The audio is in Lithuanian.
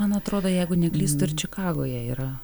man atrodo jeigu neklystu ir čikagoje yra